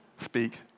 speak